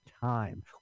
Time